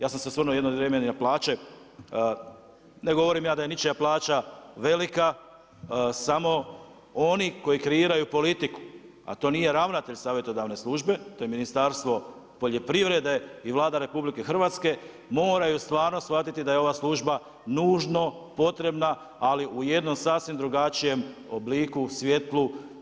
Ja sam se osvrnuo jedno vrijeme i na plaće, ne govorim ja da je ničija plaća velika, samo oni koji kreiraju politiku, a to nije ravnatelj savjetodavne službe, to je Ministarstvo poljoprivrede i Vlada RH moraju stvarno shvatiti da je ova služba nužno potrebna ali u je dnom sasvim drugačijem obliku, svjetlu.